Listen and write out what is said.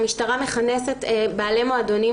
המשטרה מכנסת בעלי מועדונים